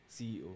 CEO